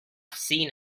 seen